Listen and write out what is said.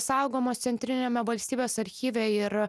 saugomos centriniame valstybės archyve ir